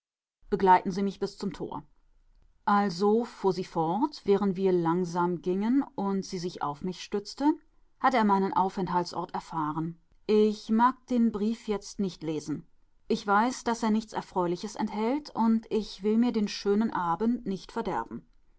begleiten sie mich bis zum tor also fuhr sie fort während wir langsam gingen und sie sich auf mich stützte hat er meinen aufenthaltsort erfahren ich mag den brief jetzt nicht lesen ich weiß daß er nichts erfreuliches enthält und ich will mir den schönen abend nicht verderben